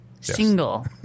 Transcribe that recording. Single